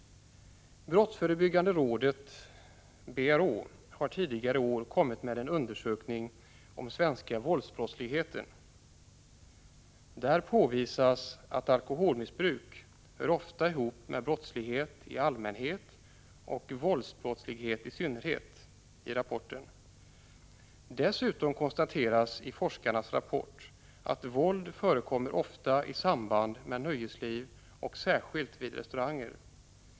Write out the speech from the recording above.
Brottsförebyggande rådet, BRÅ, har tidigare i år kommit med en undersökning om den svenska våldsbrottsligheten. Där påvisas att alkoholmissbruk ofta hör ihop med brottslighet i allmänhet och våldsbrottslighet i synnerhet. Dessutom konstateras i forskarnas rapport att våld ofta förekommer i samband med nöjesliv och särskilt vid restauranger.